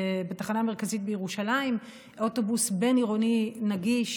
בתחנה המרכזית בירושלים אוטובוס בין-עירוני נגיש,